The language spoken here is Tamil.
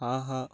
ஆஹா